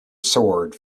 sword